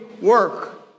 work